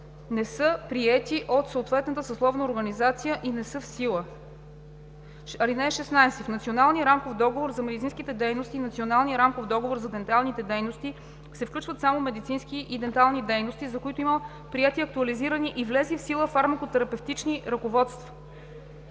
не са приети от съответната съсловна организация и не са в сила. (16) В Националния рамков договор за медицинските дейности и Националния рамков договор за денталните дейности се включват само медицински и дентални дейности, за които има приети, актуализирани и влезли в сила фармако-терапевтични ръководства